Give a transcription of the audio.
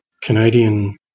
Canadian